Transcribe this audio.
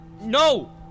No